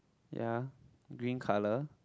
ya green colour